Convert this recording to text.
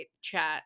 chat